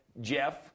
Jeff